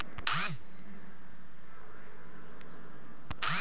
मले माह्या खात नंबर सांगु सकता का?